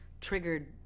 triggered